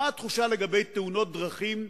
מה התחושה לגבי תאונות דרכים,